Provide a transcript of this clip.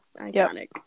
Iconic